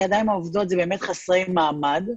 הידיים העובדות זה באמת חסרי מעמד,